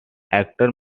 actor